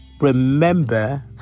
remember